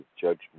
judgment